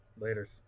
Laters